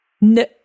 No